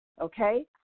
okay